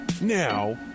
Now